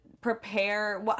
prepare